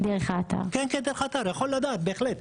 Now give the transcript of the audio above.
דרך האתר הוא יכול בהחלט לדעת.